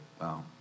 Wow